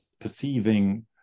perceiving